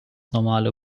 normale